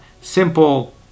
simple